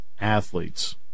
athletes